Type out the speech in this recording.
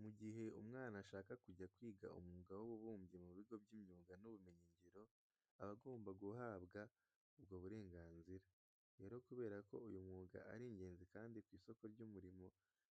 Mu gihe umwana ashaka kujya kwiga umwuga w'ububumbyi mu bigo by'imyuga n'ubumenyingiro aba agomba guhabwa ubwo burenganzira. Rero kubera ko uyu mwuga ari ingenzi kandi ku isoko ry'umurimo